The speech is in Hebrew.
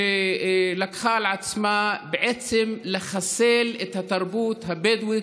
שבעצם לקחה על עצמה לחסל את התרבות הבדואית,